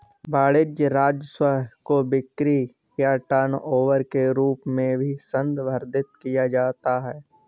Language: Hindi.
वाणिज्यिक राजस्व को बिक्री या टर्नओवर के रूप में भी संदर्भित किया जा सकता है